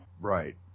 Right